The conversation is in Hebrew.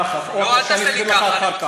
אז תקרא את התנ"ך, או שאני אסביר לך אחר כך.